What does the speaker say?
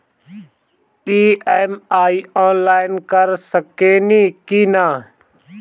EMI online कर सकेनी की ना?